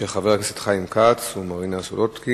של חברי הכנסת חיים כץ ומרינה סולודקין.